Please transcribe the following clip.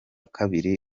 kabiri